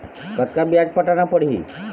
कतका ब्याज पटाना पड़ही?